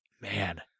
Man